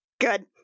Good